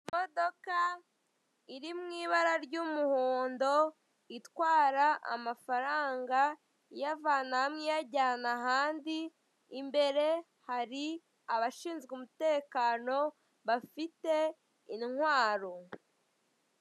Imodoka iri mu ibara ry'umuhondo itwara amafaranga iyavana hamwe iyajyana ahandi imbere hari abashinzwe umutekano bafite intwaro.